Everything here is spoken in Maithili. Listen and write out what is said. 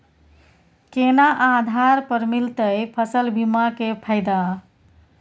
केना आधार पर मिलतै फसल बीमा के फैदा?